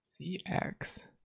CX